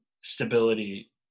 stability